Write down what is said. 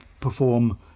perform